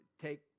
take